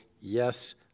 yes